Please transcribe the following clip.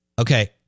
Okay